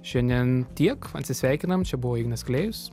šiandien tiek atsisveikinam čia buvo ignas klėjus